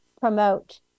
promote